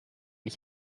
ich